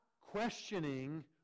questioning